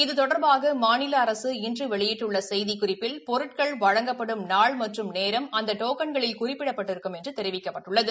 இது தொடர்பாக மாநில அரசு இன்று வெளியிட்டுள்ள செய்திக்குறிப்பில் பொருட்கள் வழங்கப்படும் நாள் மற்றும் நேரம் அந்த டோக்கன்களில் குறிப்பிடப்பட்டிருக்கும் என்று தெரிவிக்கப்பட்டுள்ளது